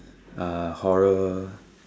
uh horror